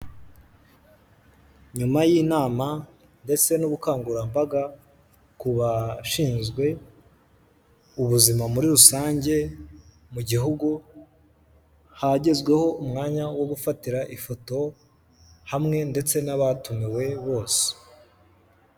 Nyuma y'inama ndetse n'ubukangurambaga ku bashinzwe ubuzima muri rusange mu gihugu, hagezweho umwanya wo gufatira ifoto hamwe ndetse n'abatumiwe bose.